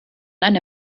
eine